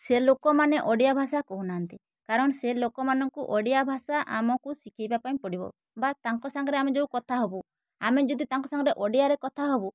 ସେ ଲୋକମାନେ ଓଡ଼ିଆ ଭାଷା କହୁନାହାଁନ୍ତି କାରଣ ସେ ଲୋକମାନଙ୍କୁ ଓଡ଼ିଆ ଭାଷା ଆମକୁ ଶିକାଇବା ପାଇଁ ପଡ଼ିବ ବା ତାଙ୍କ ସାଙ୍ଗରେ ଆମେ ଯେଉଁ କଥା ହବୁ ଆମେ ଯଦି ତାଙ୍କ ସାଙ୍ଗରେ ଓଡ଼ିଆରେ କଥା ହବୁ